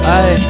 Hey